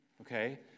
okay